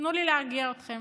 תנו לי להרגיע אתכם: